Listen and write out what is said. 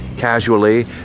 Casually